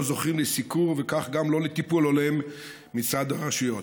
זוכים לסיקור וכך גם לא לטיפול הולם מצד הרשויות.